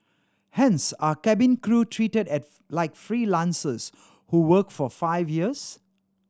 hence are cabin crew treated like freelancers who work for five years